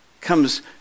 comes